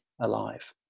alive